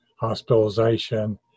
hospitalization